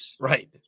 Right